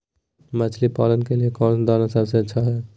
मछली पालन के लिए कौन दाना सबसे अच्छा है?